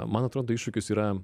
man atrodo iššūkis yra